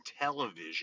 television